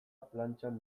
plantxan